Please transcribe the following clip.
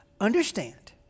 Understand